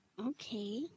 Okay